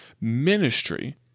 ministry